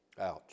Ouch